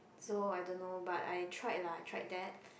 so I don't know but I tried lah I tried that